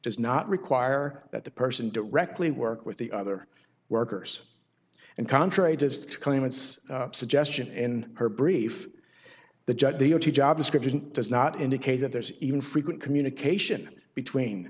does not require that the person directly work with the other workers and contrary to claimants suggestion in her brief the judge the o t job description does not indicate that there is even frequent communication between